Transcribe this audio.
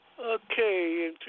Okay